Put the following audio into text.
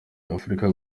afrika